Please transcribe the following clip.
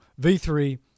V3